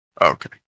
Okay